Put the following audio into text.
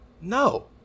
no